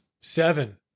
seven